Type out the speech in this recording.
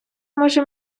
може